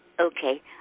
Okay